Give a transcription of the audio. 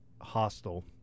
hostile